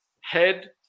head